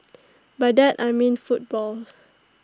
by that I mean football